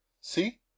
See